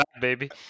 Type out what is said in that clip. baby